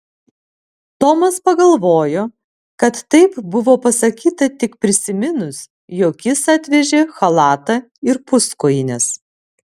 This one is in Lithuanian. tomas pagalvojo kad taip buvo pasakyta tik prisiminus jog jis atvežė chalatą ir puskojines